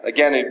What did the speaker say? Again